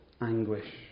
anguish